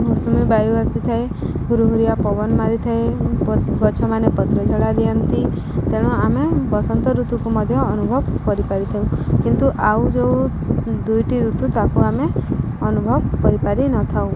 ମୌସୁମୀ ବାୟୁ ଆସିଥାଏ ହୁରୁହୁରିଆ ପବନ ମାରିଥାଏ ଗଛମାନେ ପତ୍ର ଝଡ଼ା ଦିଅନ୍ତି ତେଣୁ ଆମେ ବସନ୍ତ ଋତୁକୁ ମଧ୍ୟ ଅନୁଭବ କରିପାରିଥାଉ କିନ୍ତୁ ଆଉ ଯେଉଁ ଦୁଇଟି ଋତୁ ତାକୁ ଆମେ ଅନୁଭବ କରିପାରିନଥାଉ